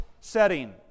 setting